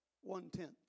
one-tenth